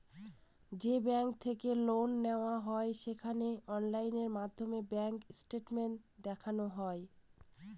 যে ব্যাঙ্ক থেকে লোন নেওয়া হয় সেখানে অনলাইন মাধ্যমে ব্যাঙ্ক স্টেটমেন্ট দেখানো হয়